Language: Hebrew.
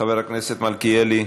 חבר הכנסת מלכיאלי,